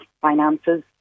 finances